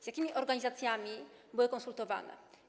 Z jakimi organizacjami były konsultowane?